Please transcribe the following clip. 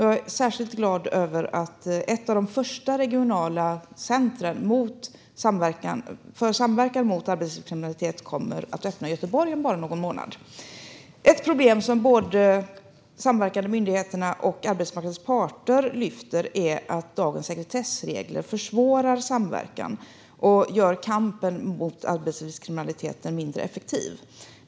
Jag är särskilt glad över att ett av de första regionala center för samverkan mot arbetslivskriminalitet kommer att öppna i Göteborg om bara någon månad. Ett problem som både de samverkande myndigheterna och arbetsmarknadens parter lyfter fram är att dagens sekretessregler försvårar samverkan och gör kampen mot arbetslivskriminaliteten mindre effektiv.